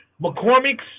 McCormick's